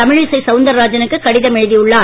தமிழிசை சவுந்தரராஜனுக்கு கடிதம் எழுதி உள்ளார்